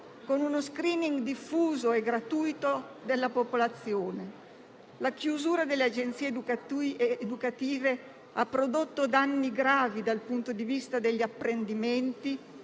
con uno *screening* diffuso e gratuito della popolazione. La chiusura delle agenzie educative ha prodotto danni gravi dal punto di vista degli apprendimenti,